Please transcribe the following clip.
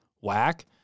whack